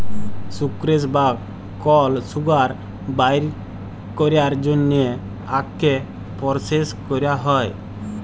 sucrose বা কল sugar বাইর ক্যরার জ্যনহে আখকে পরসেস ক্যরা হ্যয়